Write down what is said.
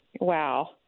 Wow